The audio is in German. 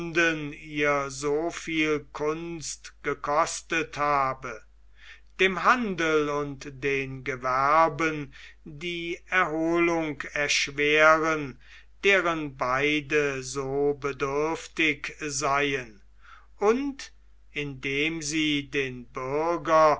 ihr so viel kunst gekostet habe dem handel und den gewerben die erholung erschweren deren beide so bedürftig seien und indem sie den bürger